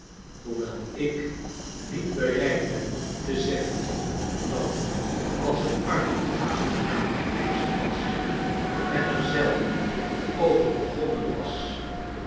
hoewel ik niet bereid ben te zeggen dat als het arthur aangenaam geweest was en er zelf over begonnen was